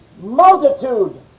multitude